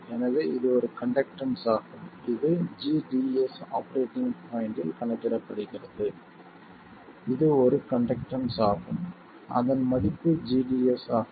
எனவே இது ஒரு கண்டக்டன்ஸ் ஆகும் இது gds ஆபரேட்டிங் பாய்ண்ட்டில் கணக்கிடப்படுகிறது இது ஒரு கண்டக்டன்ஸ் ஆகும் அதன் மதிப்பு gds ஆகும்